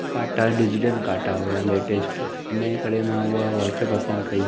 काटा डिजिटल काटा हुआ लेटेस्ट हिनजे करे मां उहा वॉच पसंदि कई